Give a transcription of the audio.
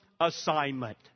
assignment